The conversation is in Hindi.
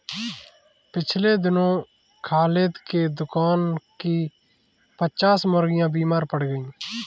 पिछले दिनों खालिद के दुकान की पच्चास मुर्गियां बीमार पड़ गईं